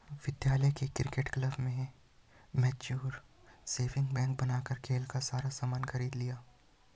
विद्यालय के cricket club ने म्यूचल सेविंग बैंक बनाकर खेल का सारा सामान खरीद लिया